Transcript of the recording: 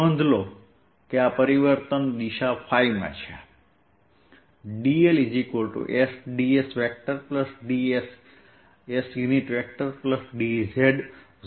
નોંધો કે આ પરિવર્તન દિશા ϕ માં છે તેથી અહીં dsdϕ ϕ થશે